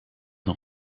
nog